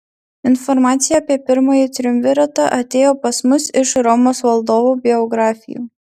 informacija apie pirmąjį triumviratą atėjo pas mus iš romos valdovų biografijų